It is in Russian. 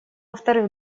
вторых